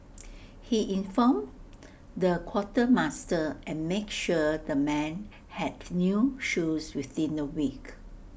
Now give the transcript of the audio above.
he informed the quartermaster and made sure the men had new shoes within A week